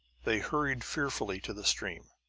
they hurried fearfully to the stream.